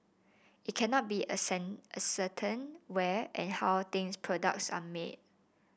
it cannot be ascertained where and how these products are made